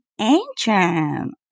ancient